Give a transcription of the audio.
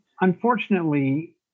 unfortunately